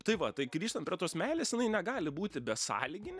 tai va tai grįžtant prie tos meilės jinai negali būti besąlyginė